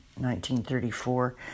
1934